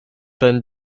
been